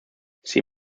see